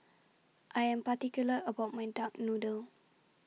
I Am particular about My Duck Noodle